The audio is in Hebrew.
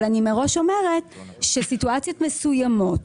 אבל אני מראש אומרת שסיטואציות מסוימות,